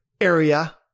area